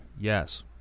yes